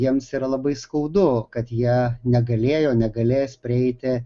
jiems yra labai skaudu kad jie negalėjo negalės prieiti